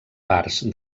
parts